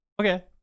okay